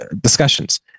discussions